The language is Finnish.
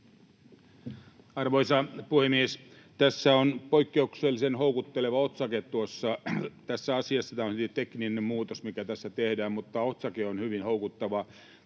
Arvoisa puhemies! Tässä asiassa on poikkeuksellisen houkutteleva otsake. Tämä on hyvin tekninen muutos, mikä tässä tehdään, mutta otsake on hyvin houkuttava: